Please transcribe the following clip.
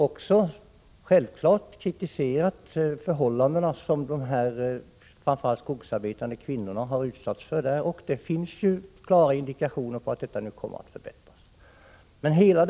Vi har självfallet också kritiserat de förhållanden som framför allt de skogsarbetande kvinnorna har utsatts för i Vietnam, och det finns klara indikationer på att dessa förhållanden nu kommer att förbättras.